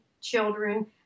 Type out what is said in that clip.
children